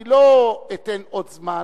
אני לא אתן עוד זמן,